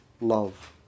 love